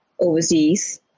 overseas